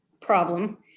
problem